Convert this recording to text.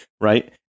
right